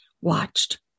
watched